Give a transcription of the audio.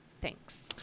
thanks